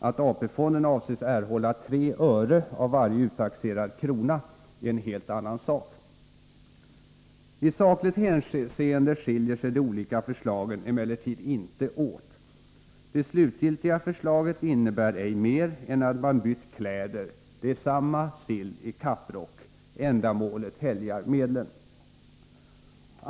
Att AP-fonden avses erhålla tre öre av varje uttaxerad krona är en helt annan sak. I sakligt hänseende skiljer sig de olika förslagen emellertid inte åt. Det slutgiltiga förslaget innebär inte mer än att man bytt kläder — det är samma sill i kapprock. Ändamålet helgar medlen.